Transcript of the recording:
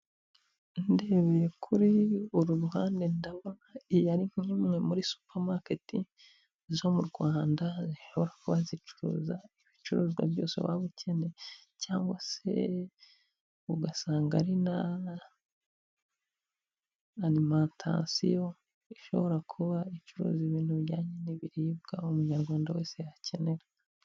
Ndebeye kuri uru ruhande ndabona iyi ari nk'imwe muri supamaketi zo mu Rwanda, zishobora kuba zicuruza ibicuruzwa byose waba ukeneye cyangwa se ugasanga ari n'arimantasiyo ishobora kuba icuruza ibintu bijyanye n'ibiribwa, umunyarwanda wese yakenera.